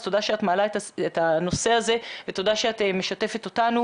אז תודה שאת מעלה את הנושא הזה ותודה שאת משתפת אותנו,